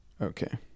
okay